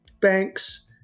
Banks